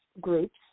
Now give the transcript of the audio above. groups